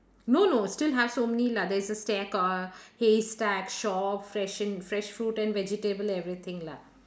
no no still have so many lah there's a stack o~ haystack shop fresh an~ fresh fruit and vegetable everything lah